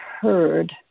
heard